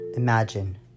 Imagine